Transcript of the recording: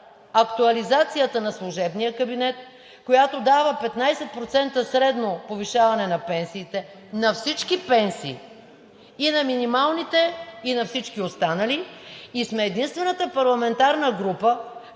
актуализацията на служебния кабинет, която дава 15% средно повишаване на пенсиите, на всички пенсии – и на минималните, и на всички останали, и сме единствената парламентарна група,